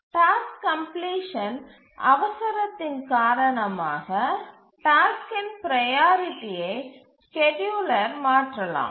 task completion அவசரத்தின் காரணமாக டாஸ்க்கின் ப்ரையாரிட்டியை ஸ்கேட்யூலர் மாற்றலாம்